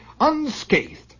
unscathed